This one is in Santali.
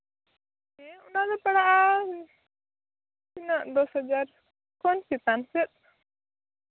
ᱦᱮᱸ ᱚᱱᱟᱫᱚ ᱯᱟᱲᱟᱜᱼᱟ ᱛᱤᱱᱟᱹᱜ ᱫᱚᱥ ᱦᱟᱡᱟᱨ ᱠᱷᱚᱱ ᱪᱮᱛᱟᱱ ᱥᱮᱫ